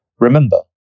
Remember